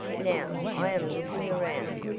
now i am looking around,